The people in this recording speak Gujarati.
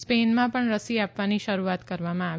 સ્પેનમાં પણ રસી આપવાની શરૂઆત કરવામાં આવી